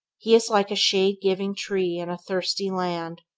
he is like a shade-giving tree in a thirsty land,